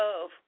love